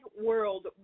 world